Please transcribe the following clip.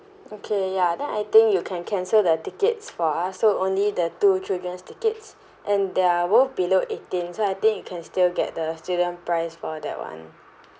okay ya then I think you can cancel the tickets for us so only the two children's tickets and they are both below eighteen so I think you can still get the student price for that one